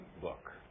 book